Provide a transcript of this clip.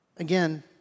Again